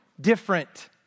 different